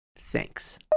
Thanks